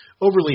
overly